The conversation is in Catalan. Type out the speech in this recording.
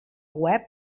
web